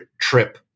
trip